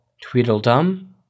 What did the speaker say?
Tweedledum